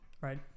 Right